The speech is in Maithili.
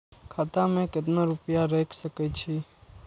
खाता में केतना रूपया रैख सके छी?